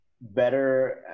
better